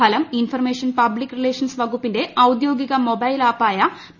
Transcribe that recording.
ഫലം information public relations വകുപ്പിന്റെ ഔദ്യോഗിക മൊബൈൽ ആപ്പായ പി